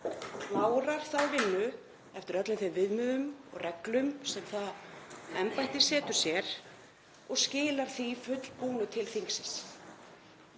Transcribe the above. klárar þá vinnu eftir öllum þeim viðmiðum og reglum sem það embætti setur sér og skilar fullbúnu skjali til þingsins.